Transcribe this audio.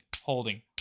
holding